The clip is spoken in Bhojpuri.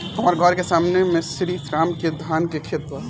हमर घर के सामने में श्री राम के धान के खेत बा